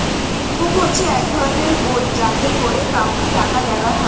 check book হচ্ছে এক ধরনের বই যাতে করে কাউকে টাকা দেওয়া হয়